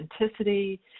authenticity